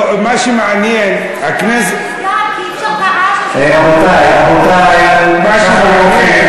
לא, מה שמעניין, הכנסת, כי אי-אפשר את הרעש